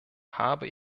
habe